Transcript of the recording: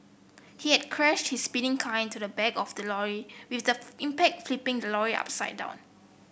he had crashed his speeding kind to the back of the lorry with the impact flipping the lorry upside down